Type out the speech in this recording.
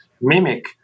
mimic